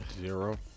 Zero